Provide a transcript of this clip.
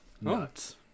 Nuts